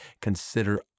consider